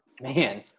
man